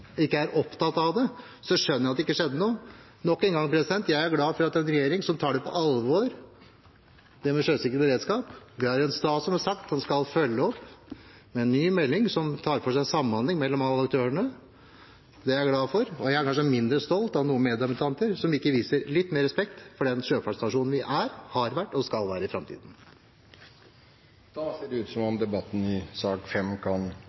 er opptatt av det – skjønner jeg hvorfor det ikke skjedde noe. Nok en gang: Jeg er glad for at vi har en regjering som tar sjøsikkerhet og beredskap på alvor, at vi har en statsråd som har sagt at han skal følge opp med en ny melding som tar for seg samhandling mellom alle aktørene. Det er jeg glad for, og jeg er kanskje mindre stolt av noen medrepresentanter som ikke viser mer respekt for den sjøfartsnasjonen vi er, har vært og skal være i framtiden. Flere har ikke bedt om ordet til sak